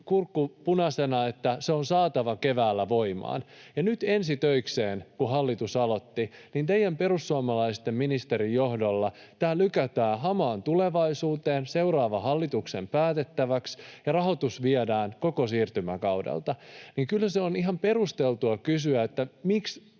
kurkku punaisena, että se on saatava keväällä voimaan. Ja nyt ensi töikseen, kun hallitus aloitti, niin teidän perussuomalaisten ministerin johdolla tämä lykätään hamaan tulevaisuuteen, seuraavan hallituksen päätettäväksi, ja rahoitus viedään koko siirtymäkaudelta. Eli kyllä se on ihan perusteltua kysyä, miksi